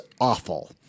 awful